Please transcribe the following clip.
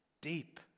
deep